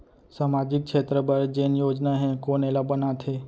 सामाजिक क्षेत्र बर जेन योजना हे कोन एला बनाथे?